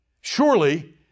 Surely